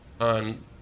on